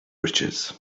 riches